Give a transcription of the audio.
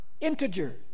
Integer